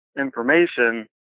information